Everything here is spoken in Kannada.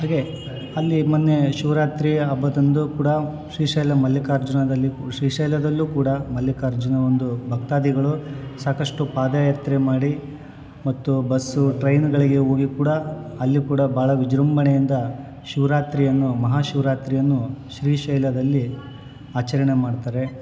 ಹಾಗೆ ಅಲ್ಲಿ ಮೊನ್ನೆ ಶಿವರಾತ್ರಿ ಹಬ್ಬದಂದು ಕೂಡ ಶ್ರೀಶೈಲ ಮಲ್ಲಿಕಾರ್ಜುನದಲ್ಲಿ ಕು ಶ್ರೀಶೈಲದಲ್ಲು ಕೂಡ ಮಲ್ಲಿಕಾರ್ಜುನ ಒಂದು ಭಕ್ತಾದಿಗಳು ಸಾಕಷ್ಟು ಪಾದಯಾತ್ರೆ ಮಾಡಿ ಮತ್ತು ಬಸ್ಸು ಟ್ರೈನುಗಳಿಗೆ ಹೋಗಿ ಕೂಡ ಅಲ್ಲಿ ಕೂಡ ಭಾಳ ವಿಜೃಂಭಣೆಯಿಂದ ಶಿವರಾತ್ರಿಯನ್ನು ಮಹಾಶಿವರಾತ್ರಿಯನ್ನು ಶ್ರೀಶೈಲದಲ್ಲಿ ಆಚರಣೆ ಮಾಡ್ತಾರೆ